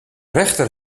rechter